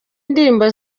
indirimbo